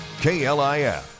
KLIF